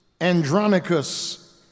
Andronicus